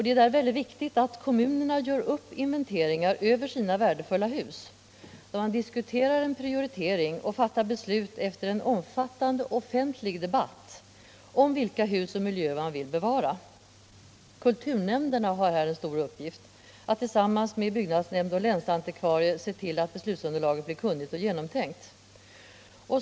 Det är därför mycket viktigt att kommunerna gör upp inventeringar över sina värdefulla hus, diskuterar en prioritering och fattar beslut efter en omfattande offentlig debatt om vilka hus och miljöer de vill bevara. Kulturnämnderna har här en stor uppgift att tillsammans med byggnadsnämnd och länsantikvarie se till att beslutsunderlaget blir genomtänkt.